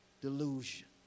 delusion